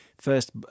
First